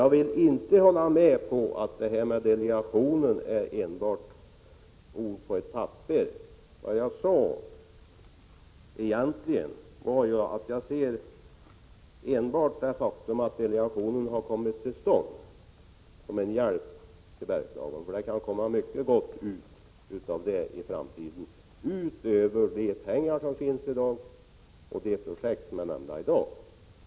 Jag vill inte hålla med om att detta med en delegation enbart är ord på ett papper. Jag sade att jag ser enbart det faktum att delegationen kommit till stånd som en hjälp för Bergslagen. Det kan komma mycket gott ut av det i framtiden, utöver de pengar som finns och de projekt som är nämnda i dag.